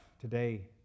Today